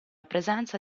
presenza